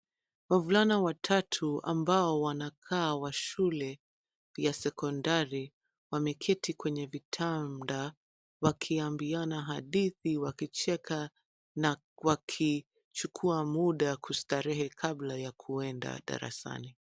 Wavulana watatu ambao wanakaa wa shule ya sekondari, wameketi kwenye vitanda wakiambiana hadithi, wakicheka na wakichukua muda kustarehe kabla ya kuenda darasani.